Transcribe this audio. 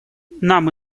нам